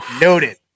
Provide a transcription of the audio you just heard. Noted